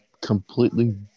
completely